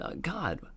God